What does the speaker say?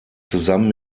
zusammen